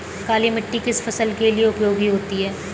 काली मिट्टी किस फसल के लिए उपयोगी होती है?